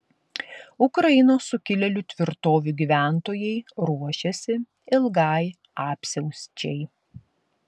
ukrainos sukilėlių tvirtovių gyventojai ruošiasi ilgai apsiausčiai